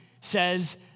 says